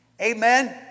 Amen